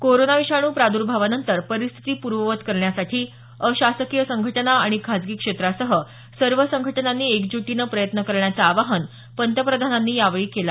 corona विषाणू प्रादुर्भावानंतर परिस्थिती पूर्ववत करण्यासाठी अशासकीय संघटना आणि खासगी क्षेत्रासह सर्व संघटनांनी एकज्टीने प्रयत्न करण्याचं आवाहन पंतप्रधानांनी यावेळी केलं